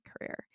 career